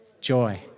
Joy